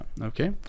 Okay